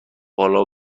بالا